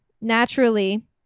Naturally